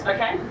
Okay